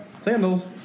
sandals